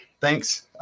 Thanks